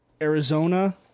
Arizona